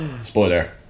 Spoiler